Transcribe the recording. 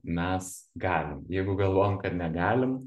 mes galim jeigu galvojam kad negalim